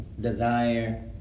desire